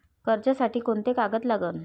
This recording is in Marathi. कर्जसाठी कोंते कागद लागन?